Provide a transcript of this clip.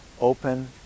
open